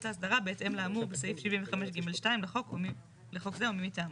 להסדרה בהתאם לאמור בסעיף 75(ג)(2) לחוק זה או מי מטעמו.